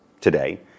today